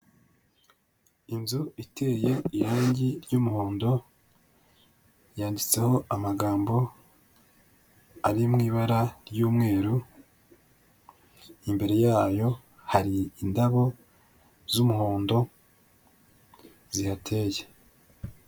Inzu iteye irangi ry'umuhondo, yanditseho amagambo ari mu ibara ry'umweru, imbere yayo hari indabo z'umuhondo, zihateye.